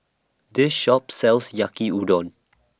This Shop sells Yaki Udon